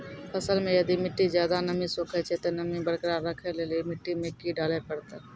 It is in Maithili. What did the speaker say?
फसल मे यदि मिट्टी ज्यादा नमी सोखे छै ते नमी बरकरार रखे लेली मिट्टी मे की डाले परतै?